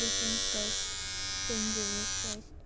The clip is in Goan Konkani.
three Kings fest Saint Xavier's fest